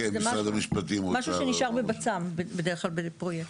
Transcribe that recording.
משהו שנשאר בבצ"מ בדרך כלל, בין פרויקטים.